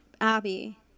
Abby